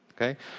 okay